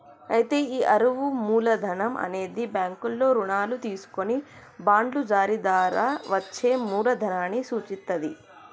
అయితే ఈ అరువు మూలధనం అనేది బ్యాంకుల్లో రుణాలు తీసుకొని బాండ్లు జారీ ద్వారా వచ్చే మూలదనాన్ని సూచిత్తది